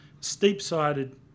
steep-sided